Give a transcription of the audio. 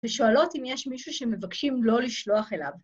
ושואלות אם יש מישהו שמבקשים לא לשלוח אליו.